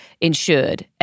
insured